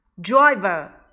Driver